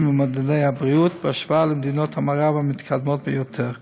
ובמדדי הבריאות בהשוואה למדינות המערב המתקדמות ביותר,